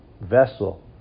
vessel